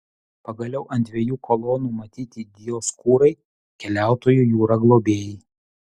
pagaliau ant dviejų kolonų matyti dioskūrai keliautojų jūra globėjai